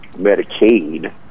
Medicaid